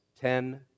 ten